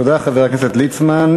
תודה, חבר הכנסת ליצמן.